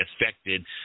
affected